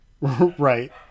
Right